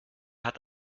hat